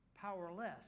powerless